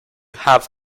have